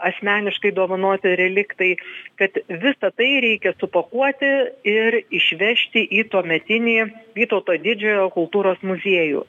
asmeniškai dovanoti reliktai kad visa tai reikia supakuoti ir išvežti į tuometinį vytauto didžiojo kultūros muziejų